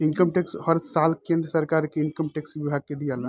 income tax हर साल केंद्र सरकार के इनकम टैक्स विभाग के दियाला